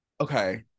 Okay